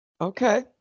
Okay